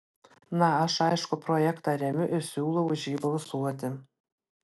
na aš aišku projektą remiu ir siūlau už jį balsuoti